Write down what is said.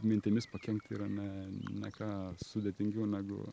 mintimis pakenkti yra ne ne ką sudėtingiau negu